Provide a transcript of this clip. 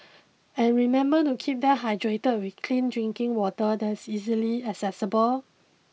and remember to keep them hydrated with clean drinking water that's easily accessible